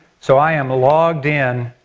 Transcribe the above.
so i am logged in